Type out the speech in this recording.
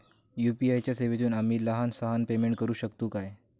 UPI च्या सेवेतून आम्ही लहान सहान पेमेंट करू शकतू काय?